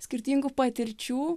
skirtingų patirčių